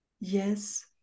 yes